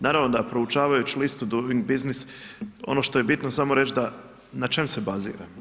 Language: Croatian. Naravno da proučavajući listu doing business, ono što je bitno samo reći da na čemu se bazira?